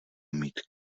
mít